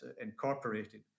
incorporated